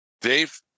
Dave